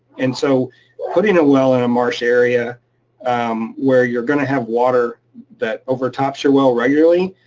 and so putting a well in a marsh area um where you're gonna have water that overtops your well, regularly,